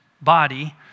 body